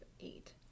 eight